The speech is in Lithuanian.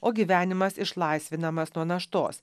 o gyvenimas išlaisvinamas nuo naštos